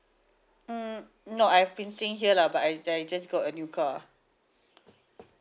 mm no I've been staying here lah but I I just got a new car